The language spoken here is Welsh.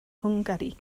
hwngari